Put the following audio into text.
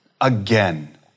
again